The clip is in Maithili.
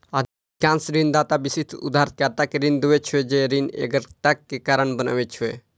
अधिकांश ऋणदाता विशिष्ट उधारकर्ता कें ऋण दै छै, जे ऋण एकाग्रताक कारण बनै छै